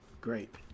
great